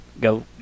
go